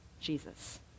Jesus